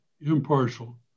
impartial